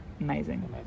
amazing